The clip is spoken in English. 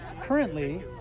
Currently